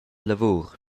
lavur